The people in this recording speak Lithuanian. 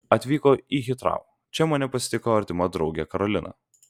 atvykau į hitrou čia mane pasitiko artima draugė karolina